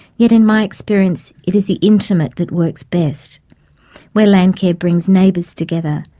yet in my experience it is the intimate that works best where landcare brings neighbours together,